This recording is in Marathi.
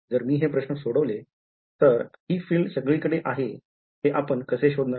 जर मी हे प्रश्न सोडवले तर ही filed सगळीकडे आहे हे आपण कसे शोधणार